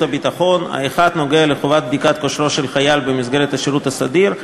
ביטחון: האחד נוגע לחובת בדיקת כושרו של חייל במסגרת השירות הסדיר,